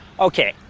okay.